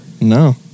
No